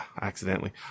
accidentally